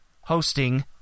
hosting